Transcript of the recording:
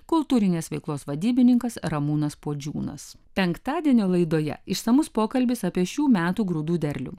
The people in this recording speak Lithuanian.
kultūrinės veiklos vadybininkas ramūnas puodžiūnas penktadienio laidoje išsamus pokalbis apie šių metų grūdų derlių